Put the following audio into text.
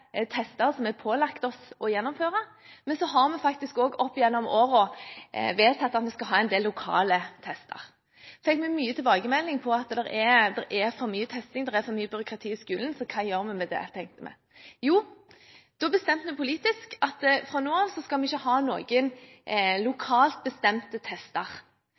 tester som er pålagt oss å gjennomføre, men så har vi faktisk også opp gjennom årene vedtatt at vi skal ha en del lokale tester. Vi fikk mye tilbakemelding på at det er for mye testing, det er for mye byråkrati i skolen, så hva gjør vi med det, tenkte vi. Da bestemte vi politisk at fra nå av skal vi ikke ha noen lokalt bestemte tester.